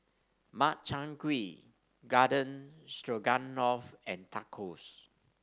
Makchang Gui Garden Stroganoff and Tacos